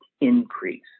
increase